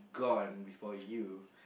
gone before you